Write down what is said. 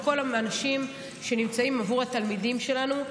לכל האנשים שנמצאים בעבור התלמידים שלנו,